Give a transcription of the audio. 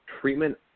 treatment